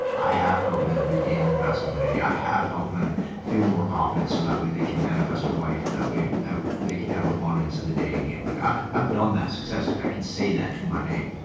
i have helped men regain their masculinity i have helped men feel more confident so that way they can manifest a wife that way that they can have abundance in the dating like i've i've done that successfully, i can say that to my name